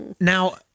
Now